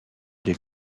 des